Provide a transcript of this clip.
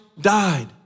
died